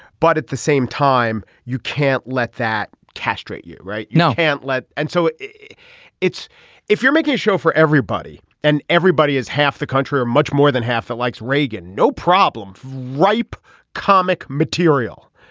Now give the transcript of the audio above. but at the same time you can't let that castrate you. right. you know hadn't let. and so it's if you're making a show for everybody and everybody is half the country or much more than half it likes reagan. no problem. ripe comic material.